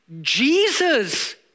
Jesus